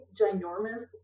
ginormous